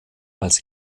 als